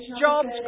jobs